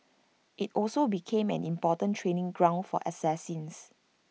IT also became an important training ground for assassins